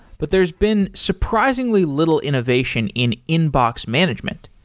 but there's been surprisingly little innovation in inbox management.